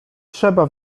trzeba